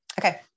okay